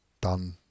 done